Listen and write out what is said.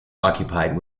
occupied